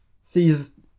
Sees